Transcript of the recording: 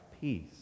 peace